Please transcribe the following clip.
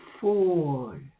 four